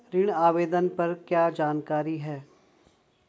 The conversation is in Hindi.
ऋण आवेदन पर क्या जानकारी है?